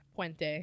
Puente